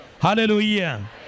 Hallelujah